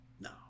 No